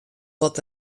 wat